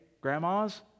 grandmas